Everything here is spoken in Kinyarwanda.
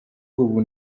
ubu